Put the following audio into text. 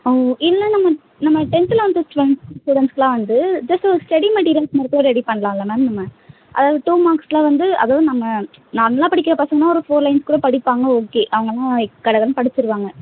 ஓ இல்லை நம்ம நம்ம டென்த் லவன்த் டுவேல்த் ஸ்டுடெண்ட்ஸ்க்கெலாம் வந்து ஜஸ்ட் ஒரு ஸ்டடி மெட்டீரியல்ஸ் மட்டும் ரெடி பண்ணலால்ல மேம் நம்ம அதாவது டூ மார்க்ஸில் வந்து அதாவது நம்ம நார்மலாக படிக்கிற பசங்கனால் ஒரு ஃபோர் லைன்ஸ் கூட படிப்பாங்க ஓகே அவர்களாம் கட கடனு படிச்சுடுவாங்க